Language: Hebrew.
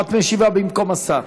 או שאת משיבה במקום השר?